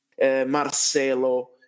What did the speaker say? Marcelo